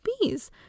bees